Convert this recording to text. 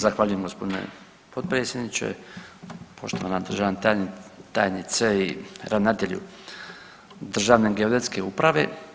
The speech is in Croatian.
Zahvaljujem gospodine potpredsjedniče, poštovana državna tajnice i ravnatelju Državne geodetske uprave.